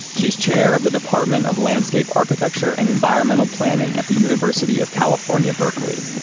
she's chair of the department of landscape architecture and environmental planning at the university of california, berkeley.